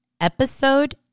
Episode